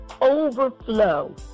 overflow